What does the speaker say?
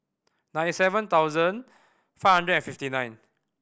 ninety seven thousand five hundred and fifty nine